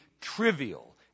trivial